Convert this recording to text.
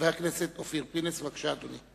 חבר הכנסת אופיר פינס, בבקשה, אדוני.